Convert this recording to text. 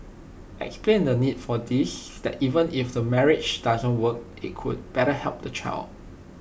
explain the need for this that even if the marriage doesn't work IT could better help the child